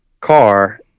car